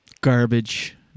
garbage